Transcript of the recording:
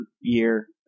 year